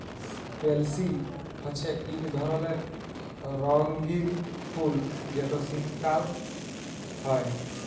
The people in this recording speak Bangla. পেলসি হছে ইক ধরলের রঙ্গিল ফুল যেট শীতকাল হ্যয়